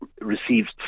received